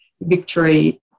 victory